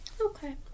okay